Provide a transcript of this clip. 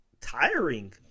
tiring